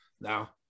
Now